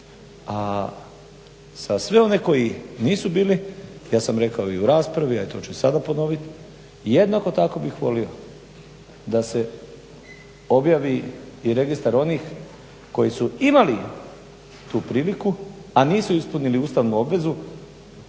a za sve one koji nisu bili ja sam rekao i u raspravi, a to ću i sada ponoviti jednako tako bih volio da se objavi i registar onih koji su imali tu priliku, a nisu ispunili ustavnu obvezu.